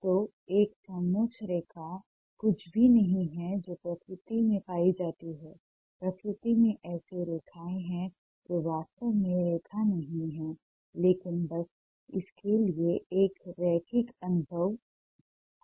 तो एक समोच्च रेखा कुछ भी नहीं है जो प्रकृति में पाई जाती है प्रकृति में ऐसी रेखाएं हैं जो वास्तव में रेखा नहीं हैं लेकिन बस इसके लिए एक रैखिक अनुभव है